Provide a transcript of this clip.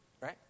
Right